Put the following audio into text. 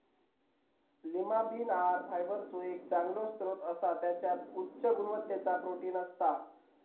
Lima bean आहार फायबरचो एक चांगलो स्त्रोत असा त्याच्यात उच्च गुणवत्तेचा प्रोटीन असता